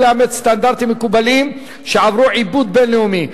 לאמץ סטנדרטים מקובלים שעברו עיבוד בין-לאומי,